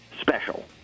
special